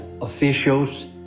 officials